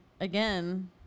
again